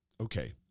okay